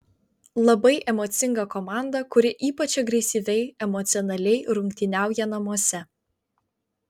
labai emocinga komanda kuri ypač agresyviai emocionaliai rungtyniauja namuose